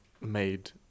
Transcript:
made